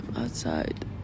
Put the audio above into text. outside